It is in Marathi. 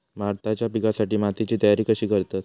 भाताच्या पिकासाठी मातीची तयारी कशी करतत?